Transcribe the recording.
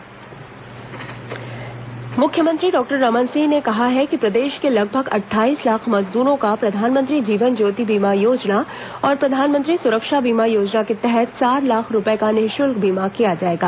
अटल विकास यात्रा मुख्यमंत्री डॉक्टर रमन सिंह ने कहा है कि प्रदेश के लगभग अट्ठाईस लाख मजदूरों का प्रधानमंत्री जीवन ज्योति बीमा योजना और प्रधानमंत्री सुरक्षा बीमा योजना के तहत चार लाख रूपये का निःशुल्क बीमा किया जाएगा